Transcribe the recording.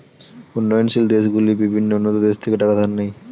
উন্নয়নশীল দেশগুলি বিভিন্ন উন্নত দেশ থেকে টাকা ধার নেয়